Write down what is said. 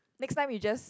next time you just